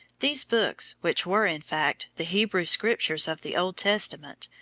these books, which were, in fact, the hebrew scriptures of the old testament,